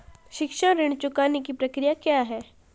शिक्षा ऋण चुकाने की प्रक्रिया क्या है?